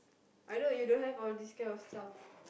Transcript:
I know you don't have all these kind of stuff